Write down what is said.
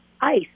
ice